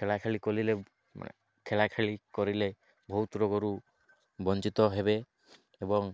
ଖେଳା ଖେଳି କଲିଲେ ମାନେ ଖେଳା ଖେଳି କରିଲେ ବହୁତ ରୋଗରୁ ବଞ୍ଚିତ ହେବେ ଏବଂ